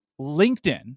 LinkedIn